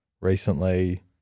recently